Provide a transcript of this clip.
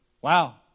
Wow